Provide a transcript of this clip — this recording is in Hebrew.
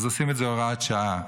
אז עושים את זה בהוראת שעה.